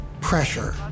pressure